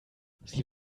sie